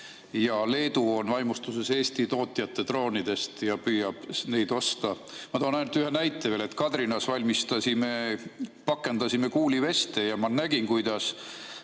Leedu on vaimustuses Eesti tootjate droonidest ja püüab neid osta. Ma toon ainult ühe näite veel. Kadrinas valmistasime ja pakendasime kuuliveste ja ma nägin, kuidas